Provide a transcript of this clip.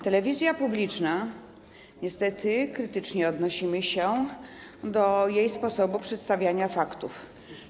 Telewizja publiczna - niestety krytycznie odnosimy się do jej sposobu przedstawiania faktów.